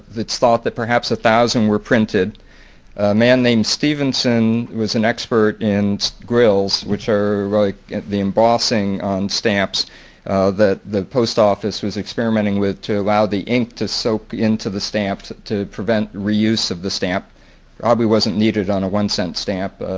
it's thought that perhaps a thousand were printed. a man named stevenson was an expert in grills which are like the embossing on stamps that the post office was experimenting with to allow the ink to soak into the stamps to prevent reuse of the stamp. it probably wasn't needed on a one cent stamp.